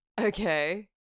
Okay